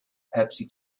pepsi